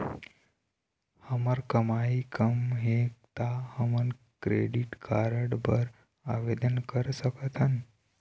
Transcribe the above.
हमर कमाई कम हे ता हमन क्रेडिट कारड बर आवेदन कर सकथन?